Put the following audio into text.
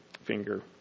finger